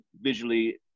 visually